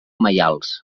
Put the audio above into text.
maials